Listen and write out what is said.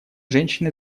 женщины